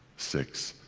six,